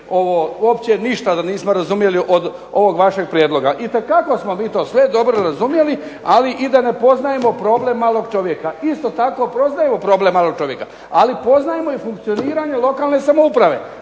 ovo, uopće ništa da nismo razumjeli od ovog vašeg prijedloga. Itekako smo mi to sve dobro razumjeli, ali i da ne poznajemo problem malog čovjeka. Isto tako poznajemo problem malog čovjeka, ali poznajemo i funkcioniranje lokalne samouprave.